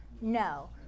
No